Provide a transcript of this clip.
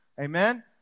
amen